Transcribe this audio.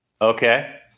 okay